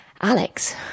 Alex